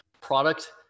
product